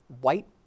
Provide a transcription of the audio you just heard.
white